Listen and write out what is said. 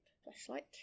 Flashlight